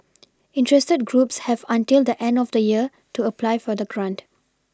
interested groups have until the end of the year to apply for the grant